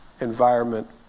environment